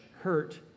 hurt